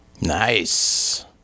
Nice